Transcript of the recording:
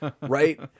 Right